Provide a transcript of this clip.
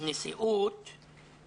לנשיאות הכנסת.